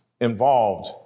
involved